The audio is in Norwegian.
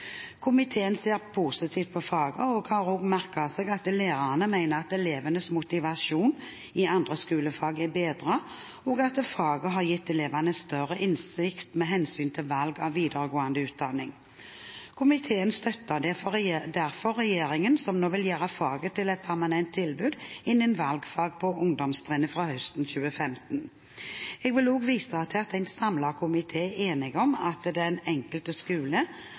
Komiteen ser positivt på faget og har også merket seg at lærerne mener at elevenes motivasjon i andre skolefag er bedret, og at faget har gitt elevene større innsikt med hensyn til valg av videregående utdanning. Komiteen støtter derfor regjeringen, som nå vil gjøre faget til et permanent tilbud innen valgfag på ungdomstrinnet fra høsten 2015. Jeg vil også vise til at en samlet komité er enig om at det er den enkelte skole